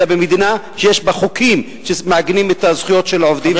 אלא במדינה שיש בה חוקים שמעגנים את זכויות העובדים.